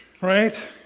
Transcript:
right